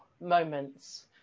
moments